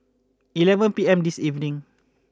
eleven P M this evening